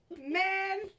man